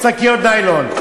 להשתמש בשקיות ניילון.